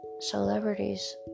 celebrities